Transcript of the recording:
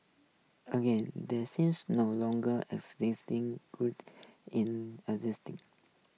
again there seems no longer good in